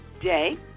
Day